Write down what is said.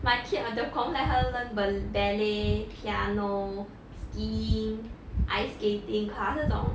my kid ah the confirm let her learn ball~ ballet piano skiing ice skating class 那种